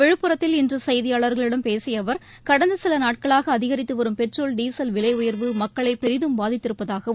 விழுப்புரத்தில் இன்று செய்தியாளர்களிடம் பேசிய அவர் கடந்த சில நாட்களாக அதிகரித்து வரும் பெட்ரோல் டீசல் விலை உயர்வு மக்களை பெரிதும் பாதித்திருப்பதாகவும்